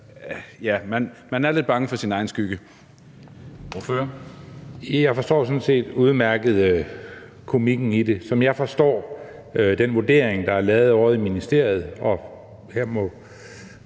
Man er lidt bange for sin egen skygge.